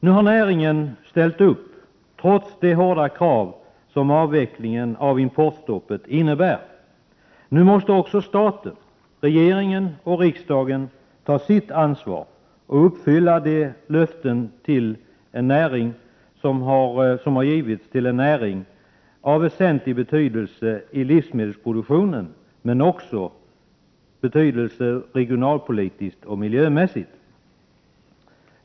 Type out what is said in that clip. Nu har näringen ställt upp, trots de hårda krav som avvecklingen av importstoppet innebär. Nu måste staten — regering och riksdag -— ta sitt ansvar och uppfylla sina löften till en näring som har väsentlig betydelse i livsmedelsproduktionen, men också regionalpolitiskt och miljömässigt.